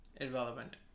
irrelevant